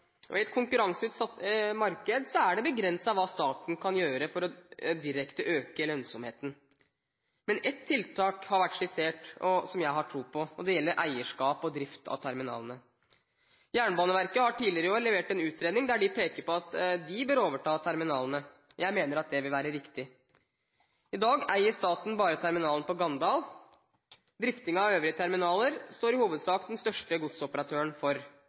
og i et konkurranseutsatt marked er det begrenset hva staten kan gjøre for direkte å øke lønnsomheten. Men ett tiltak som har vært skissert, har jeg tro på. Det gjelder eierskap og drift av terminalene. Jernbaneverket har tidligere i år levert en utredning der de peker på at de bør overta terminalene. Jeg mener det vil være riktig. I dag eier staten bare terminalen på Gandal. Drifting av øvrige terminaler står i hovedsak den største godsoperatøren for.